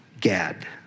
Gad